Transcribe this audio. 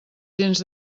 gens